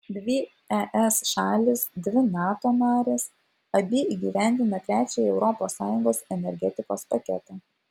dvi es šalys dvi nato narės abi įgyvendina trečiąjį europos sąjungos energetikos paketą